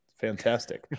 Fantastic